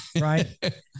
Right